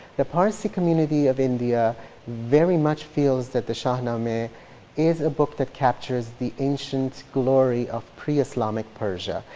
the parsi community of india very much feels that the shahnameh is a book that captures the ancient glory of pre-islamic persia,